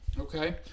Okay